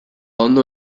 ondo